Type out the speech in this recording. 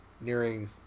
nearing